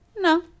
no